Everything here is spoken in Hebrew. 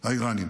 האיראנים,